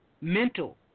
mental